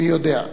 מי יודע.